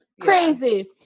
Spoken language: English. Crazy